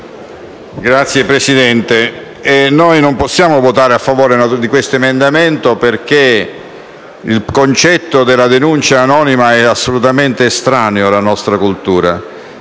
Signora Presidente, non possiamo votare a favore di questo emendamento, perché il concetto della denuncia anonima è assolutamente estraneo alla nostra cultura.